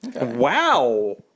Wow